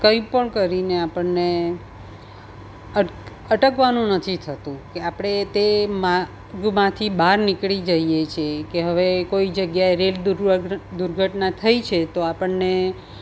કંઈ પણ કરીને આપણને અટકવાનું નથી થતું કે આપણે તે માર્ગમાંથી બહાર નીકળી જઈએ છે કે હવે કોઈ જગ્યાએ રેલ દુર્ઘટના થઈ છે તો આપણને